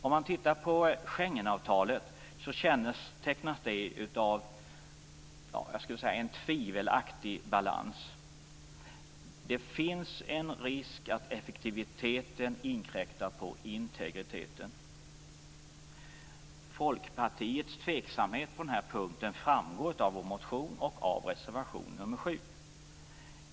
Om man tittar på Schengenavtalet ser man att det kännetecknas av en tvivelaktig balans. Det finns en risk för att effektiviteten inkräktar på integriteten. Folkpartiets tveksamhet på denna punkt framgår av vår motion och av reservation nr 7.